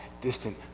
distant